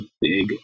big